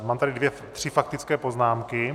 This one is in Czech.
Mám tady dvě tři faktické poznámky.